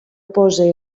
pose